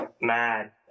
mad